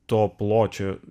to pločio